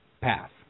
path